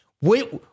Wait